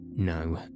No